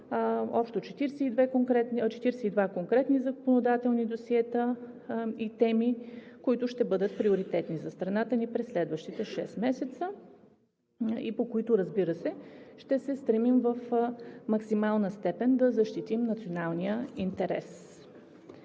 общо 42 конкретни законодателни досиета и теми, които ще бъдат приоритетни за страната ни през следващите шест месеца и по които, разбира се, ще се стремим в максимална степен да защитим националния интерес.